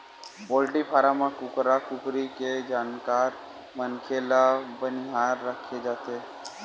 poultry farm म कुकरा कुकरी के जानकार मनखे ल बनिहार राखे जाथे